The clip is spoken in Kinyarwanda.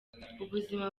ubuzima